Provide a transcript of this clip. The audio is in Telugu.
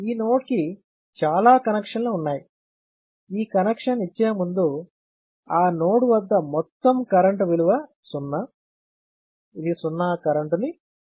ఈ నోడ్ కి చాలా కనెక్షన్లు ఉన్నాయి ఈ కనెక్షన్ ఇచ్చే ముందే ఆ నోడ్ వద్ద మొత్తం కరెంట్ విలువ సున్నా ఇది సున్నా కరెంట్ ని కలుపుతుంది